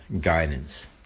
guidance